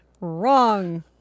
Wrong